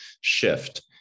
shift